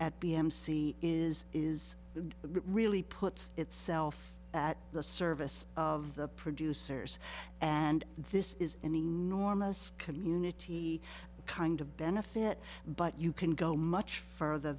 c is is really puts itself at the service of the producers and this is an enormous community kind of benefit but you can go much further